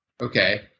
okay